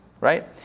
Right